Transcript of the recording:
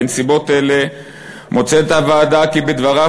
"בנסיבות אלה מוצאת הוועדה כי בדבריו